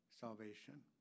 salvation